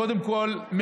קודם כול,